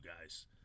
guys